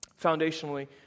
Foundationally